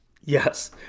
Yes